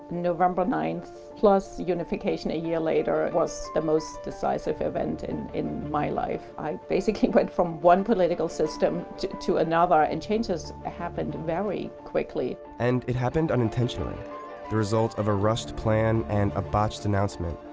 november ninth, plus unification a year later, was the most decisive event and in my life. i basically went from one political system to another, and changes ah happened very quickly. and it happened unintentionally. the result of a rushed plan and a botched announcement,